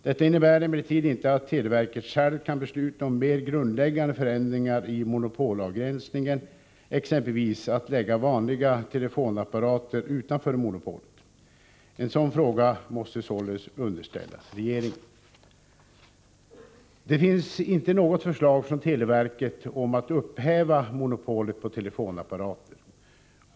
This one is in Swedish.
Detta innebär emellertid inte att televerket självt kan besluta om mer grundläggande förändringar i monopolavgränsningen, t.ex. att lägga vanliga telefonapparater utanför monopolet. En sådan fråga måste således underställas regeringen. Det finns inte något förslag från televerket om att upphäva monopolet på telefonapparater.